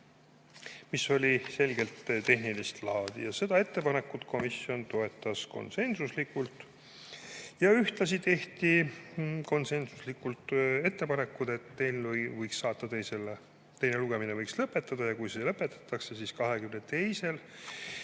mis oli selgelt tehnilist laadi. Seda ettepanekut komisjon konsensuslikult toetas. Ühtlasi tehti konsensuslikult ettepanekud, et teise lugemise võiks lõpetada ja kui see lõpetatakse, siis 22.